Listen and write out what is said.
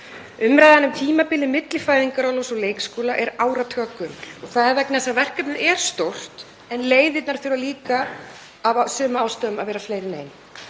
Umræðan um tímabilið milli fæðingarorlofs og leikskóla er áratuga gömul og það er vegna þess að verkefnið er stórt, en leiðirnar þurfa líka af sömu ástæðum að vera fleiri en ein.